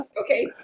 okay